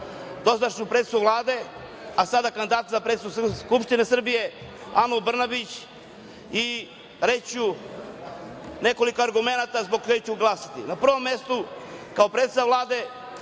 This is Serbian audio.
dosadašnju predsednicu Vlade, a sada kandidata za predsednicu Skupštine Srbije, Anu Brnabić i reći ću nekoliko argumenata zbog kojih ću glasati. Na prvom mestu kao predsednica Vlade